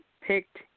picked